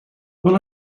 when